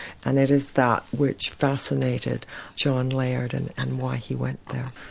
and it is that which fascinated john layard and and why he went there.